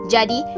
Jadi